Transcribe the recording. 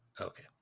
okay